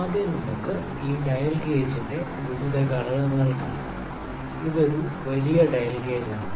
ആദ്യം നമുക്ക് ഈ ഡയൽ ഗേജിന്റെ ഘടകങ്ങൾ കാണാം ഇതൊരു വലിയ ഡയൽ ഗേജ് ആണ്